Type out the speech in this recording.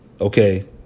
Okay